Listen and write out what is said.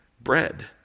bread